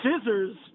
scissors